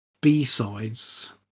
B-sides